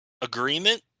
agreement